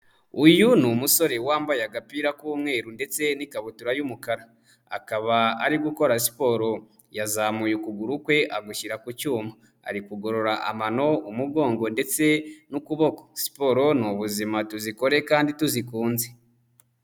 Uyu ni umusore wambaye agapira k'umweru ndetse n'ikabutura y'umukara. Akaba ari gukora siporo. Yazamuye ukuguru kwe agushyira ku cyuma. Ari kugorora amano, umugongo ndetse n'ukuboko. Siporo ni ubuzima tuzikore kandi tuzikunze.